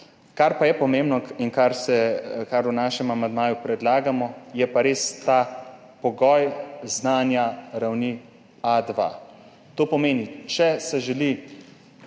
Kar pa je pomembno in kar v našem amandmaju predlagamo, je pa res ta pogoj znanja ravni A2. To pomeni, če želi